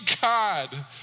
God